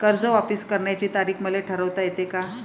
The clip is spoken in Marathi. कर्ज वापिस करण्याची तारीख मले ठरवता येते का?